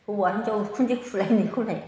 हौवा हिनजाव उखुन्दै खुलायनायखौलाय